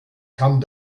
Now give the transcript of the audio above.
come